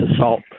assault